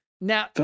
Now